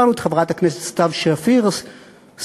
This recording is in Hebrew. שמענו את חברת הכנסת סתיו שפיר סונטת